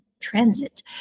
transit